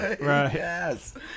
Yes